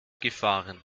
gefahren